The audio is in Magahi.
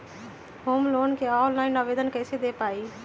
होम लोन के ऑनलाइन आवेदन कैसे दें पवई?